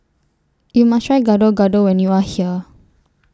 YOU must Try Gado Gado when YOU Are here